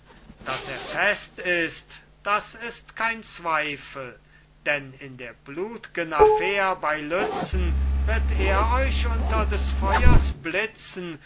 daß er fest ist das ist kein zweifel denn in der blutgen affär bei lützen ritt er euch unter des feuers blitzen